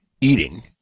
eating